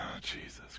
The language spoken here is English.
jesus